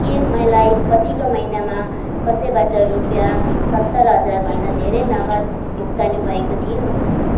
के मलाई पछिल्लो महिनामा कसैबाट रुपियाँ सत्तरी हजारभन्दा धेरै नगद भुक्तानी भएको थियो